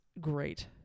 great